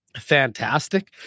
fantastic